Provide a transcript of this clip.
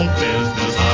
business